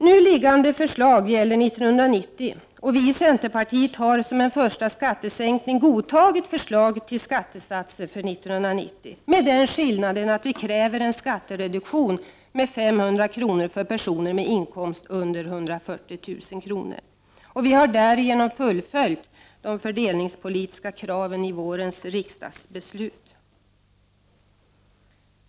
Nu liggande förslag gäller 1990, och vi i centerpartiet har som en första skattesänkning godtagit förslaget till skattesatser för 1990, med den skillnaden att vi kräver en skattereduktion med 500 kr. för personer med inkomst under 140 000 kr. Vi har därigenom fullföljt de fördelningspolitiska kraven i vårens riksdagsbeslut.